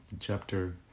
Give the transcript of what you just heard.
chapter